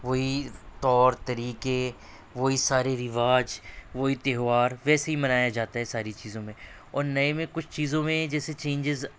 وہی طور طریقے وہی سارے رواج وہی تہوار ویسے ہی منایا جاتا ہے ساری چیزوں میں اور نئے میں کچھ چیزوں میں جیسے چینجیز